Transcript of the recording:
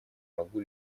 могу